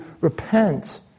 repent